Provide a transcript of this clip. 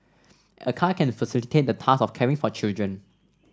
a car can facilitate the task of caring for children